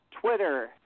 Twitter